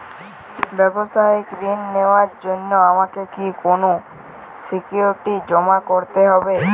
ব্যাবসায়িক ঋণ নেওয়ার জন্য আমাকে কি কোনো সিকিউরিটি জমা করতে হবে?